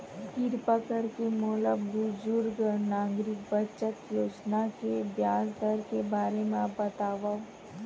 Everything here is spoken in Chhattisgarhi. किरपा करके मोला बुजुर्ग नागरिक बचत योजना के ब्याज दर के बारे मा बतावव